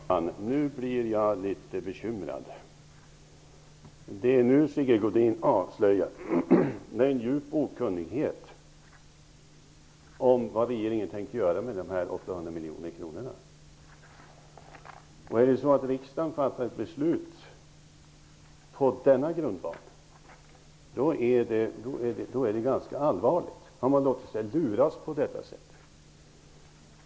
Fru talman! Nu blir jag litet bekymrad. Det är nu Sigge Godin avslöjar en stor okunnighet om vad regeringen tänker göra med dessa 800 miljoner kronor. Fattar riksdagen ett beslut på denna grundval, då är det ganska allvarligt. Man har låtit sig luras.